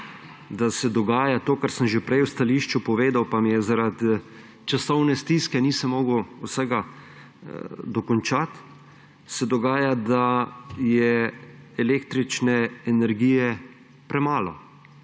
da se dogaja to, kar sem že prej v stališču povedal, pa zaradi časovne stiske nisem mogel vsega dokončati, se dogaja, da je električne energije premalo.